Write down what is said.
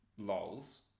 lols